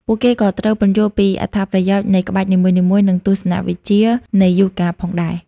ពួកគេក៏ត្រូវ ពន្យល់ពីអត្ថប្រយោជន៍ នៃក្បាច់នីមួយៗ និងទស្សនវិជ្ជានៃយូហ្គាផងដែរ។